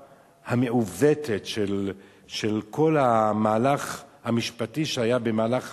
המעוותת של כל המהלך המשפטי שהיה במהלך